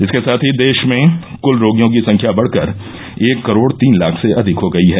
इसके साथ ही देश में कुल रोगियों की संख्या बढकर एक करोड तीन लाख से अधिक हो गई है